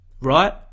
right